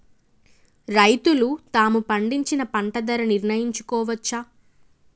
రైతులు తాము పండించిన పంట ధర నిర్ణయించుకోవచ్చా?